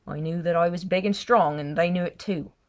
i knew that i was big and strong, and they knew it, too.